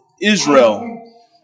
Israel